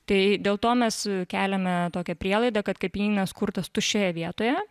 tai dėl to mes keliame tokią prielaidą kad kapinynas kurtas tuščioje vietoje